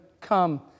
come